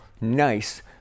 nice